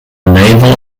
naval